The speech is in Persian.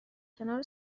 کنار